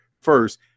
first